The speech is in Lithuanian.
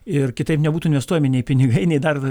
ir kitaip nebūtų investuojami nei pinigai nei dar